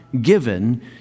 given